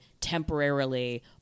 temporarily